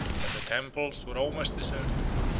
that the temples were almost deserted,